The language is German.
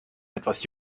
etwas